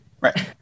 Right